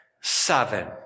seven